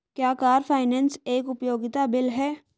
क्या car finance एक उपयोगिता बिल है?